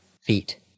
feet